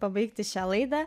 pabaigti šią laidą